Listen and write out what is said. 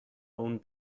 own